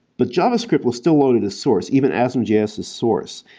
but javascript was still load at source, even asm js's source.